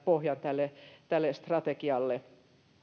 pohjan tälle tälle strategialle